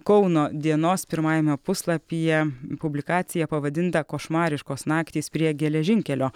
kauno dienos pirmajame puslapyje publikacija pavadinta košmariškos naktys prie geležinkelio